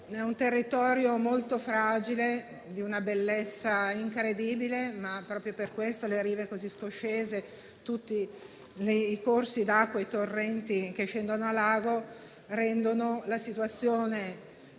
territorio è molto fragile, di una bellezza incredibile, ma, proprio per tale ragione, le rive così scoscese e i corsi d'acqua e i torrenti che scendono al lago rendono la situazione